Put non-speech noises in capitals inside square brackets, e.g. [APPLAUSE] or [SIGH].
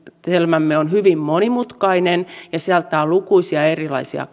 on hyvin monimutkainen ja se antaa lukuisia erilaisia [UNINTELLIGIBLE]